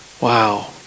Wow